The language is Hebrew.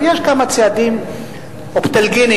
ויש כמה צעדים "אופטלגיניים",